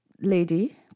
lady